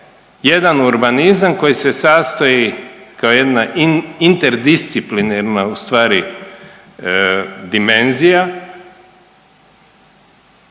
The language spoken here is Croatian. jedan urbanizam koji se sastoji kao interdisciplinarna ustvari